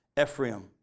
Ephraim